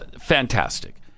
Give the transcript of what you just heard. Fantastic